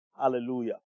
Hallelujah